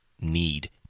need